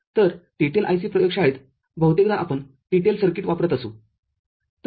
तर TTL IC प्रयोगशाळेत बहुतेकदा आपण TTL सर्किटवापरत असू